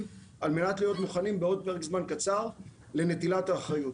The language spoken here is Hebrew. על-מנת להיות מוכנים בעוד פרק זמן קצר לנטילת האחריות.